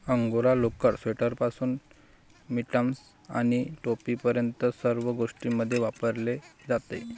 angora लोकर, स्वेटरपासून mittens आणि टोपीपर्यंत सर्व गोष्टींमध्ये वापरली जाते